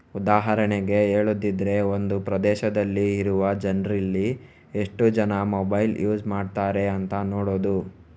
ಉದಾಹರಣೆಗೆ ಹೇಳುದಿದ್ರೆ ಒಂದು ಪ್ರದೇಶದಲ್ಲಿ ಇರುವ ಜನ್ರಲ್ಲಿ ಎಷ್ಟು ಜನ ಮೊಬೈಲ್ ಯೂಸ್ ಮಾಡ್ತಾರೆ ಅಂತ ನೋಡುದು